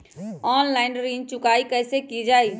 Online ऋण चुकाई कईसे की ञाई?